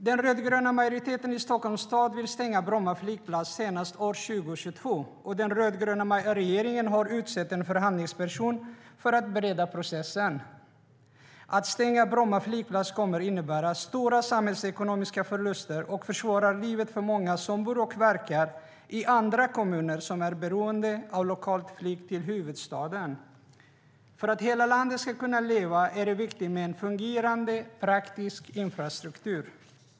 Den rödgröna majoriteten i Stockholms stad vill stänga Bromma flygplats senast år 2022, och den rödgröna regeringen har utsett en förhandlingsperson för att bereda processen. Att stänga Bromma flygplats kommer att innebära stora samhällsekonomiska förluster och försvåra livet för många som bor och verkar i andra kommuner som är beroende av lokalt flyg till huvudstaden. För att hela landet ska kunna leva är det viktigt med en fungerande praktisk infrastruktur.